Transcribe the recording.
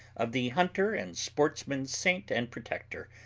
of the hunter and sportsman's saint and protector,